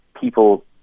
people